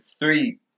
three